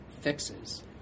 fixes